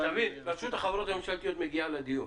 אתה מבין, רשות החברות הממשלתיות מגיעה לדיון.